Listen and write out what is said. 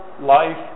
life